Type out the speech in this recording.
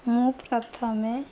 ମୁଁ ପ୍ରଥମେ